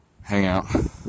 hangout